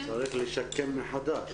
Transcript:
צריך לשקם מחדש.